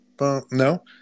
No